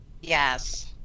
Yes